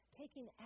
taking